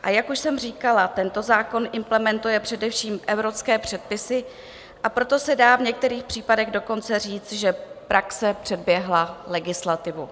A jak už jsem říkala, tento zákon implementuje především evropské předpisy, a proto se dá v některých případech dokonce říct, že praxe předběhla legislativu.